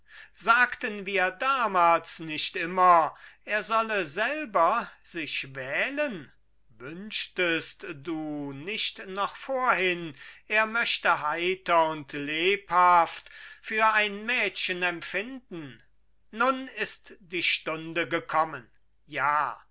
sagten wir damals nicht immer er solle selber sich wählen wünschtest du nicht noch vorhin er möchte heiter und lebhaft für ein mädchen empfinden nun ist die stunde gekommen ja